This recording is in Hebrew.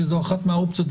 שזה אחת מן האופציות,